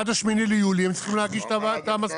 עד ה-8 ביולי הם צריכים להגיש את המסקנות.